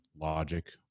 logic